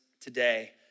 today